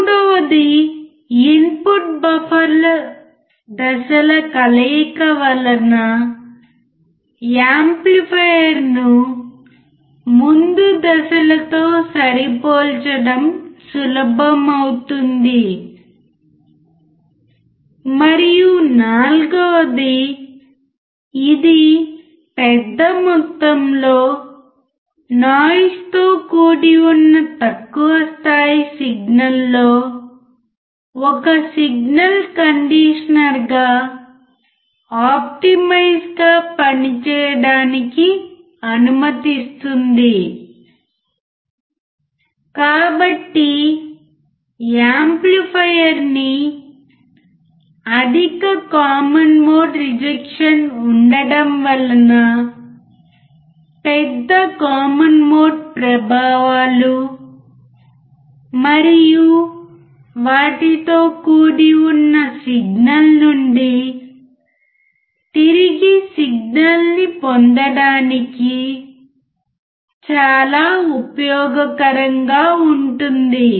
మూడవది input buffer దశల కలయిక వలన యాంప్లిఫైయర్ను ముందు దశలతో సరిపోల్చడం సులభం అవుతుంది మరియు నాల్గవది ఇది ఇది పెద్ద మొత్తంలో నాయిస్ తో కూడి ఉన్న తక్కువ స్థాయి సిగ్నల్ లో ఒక సిగ్నల్ కండీషనర్గా ఆప్టిమైజ్ గా పని చేయడానికి అనుమతిస్తుంది కాబట్టి యాంప్లిఫైయర్నీ అధిక కామన్ మోడ్ రిజెక్షన్ ఉండడం వలన పెద్ద కామన్ మోడ్ ప్రభావాలు మరియు తో కూడి ఉన్న సిగ్నల్ నుండి తిరిగి సిగ్నల్ ని పొందడానికి చాలా ఉపయోగకరంగా ఉంటుంది